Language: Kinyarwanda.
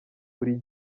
buri